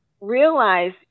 realize